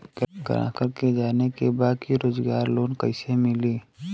ग्राहक के जाने के बा रोजगार लोन कईसे मिली?